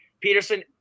Peterson